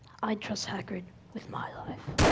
i trust hagrid with my life.